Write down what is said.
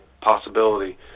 possibility